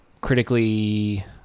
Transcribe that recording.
critically